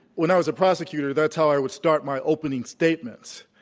when i was a prosecutor, that's how i would start my opening statements.